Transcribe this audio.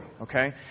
okay